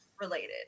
related